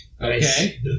Okay